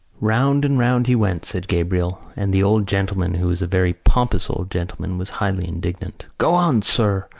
round and round he went, said gabriel, and the old gentleman, who was a very pompous old gentleman, was highly indignant. go on, sir!